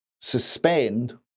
suspend